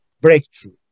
breakthrough